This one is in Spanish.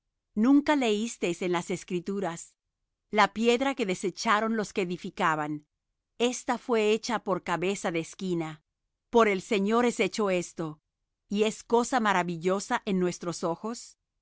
nunca leísteis en las escrituras la piedra que desecharon los que edificaban esta fué hecha por cabeza de esquina por el señor es hecho esto y es cosa maravillosa en nuestros ojos